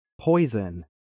poison